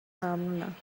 ممنونم